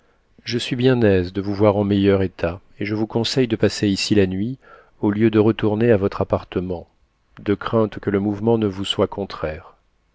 je suis bien aise de vous voir en meilleur état et je vous conseille de passer ici la nuit au lieu de retourner à votre appartement de crainte que le mouvement ne vous soit contraire